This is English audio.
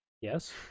Yes